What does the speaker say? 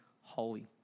holy